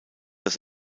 das